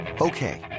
Okay